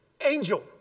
angel